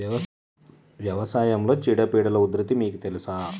వ్యవసాయంలో చీడపీడల ఉధృతి మీకు తెలుసా?